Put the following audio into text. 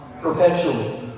perpetually